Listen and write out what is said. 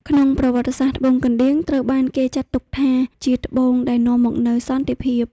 ក្នុងប្រវត្តិសាស្ត្រ ត្បូងកណ្ដៀងត្រូវបានគេចាត់ទុកថាជាត្បូងដែលនាំមកនូវសន្តិភាព។